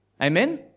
Amen